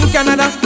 Canada